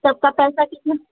सबका पैसा कितना